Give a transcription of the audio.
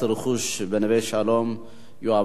תועבר להמשך דיון בוועדת הפנים והסביבה.